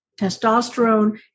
testosterone